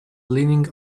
leaning